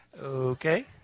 Okay